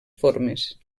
formes